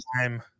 time